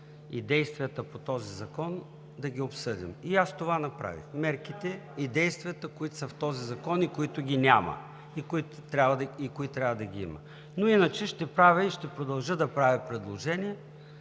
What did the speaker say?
и действията по този закон да ги обсъдим и аз това направих – мерките и действията, които са в този закон, които ги няма и които трябва да ги има. Иначе ще правя и ще продължа да правя предложения,